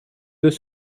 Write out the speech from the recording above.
deux